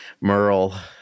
Merle